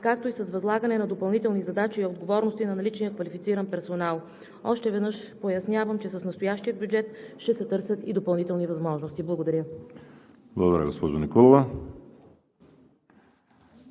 както и с възлагане на допълнителни задачи и отговорности на наличния квалифициран персонал. Още веднъж пояснявам, че с настоящия бюджет ще се търсят и допълнителни възможности. Благодаря. ПРЕДСЕДАТЕЛ ВАЛЕРИ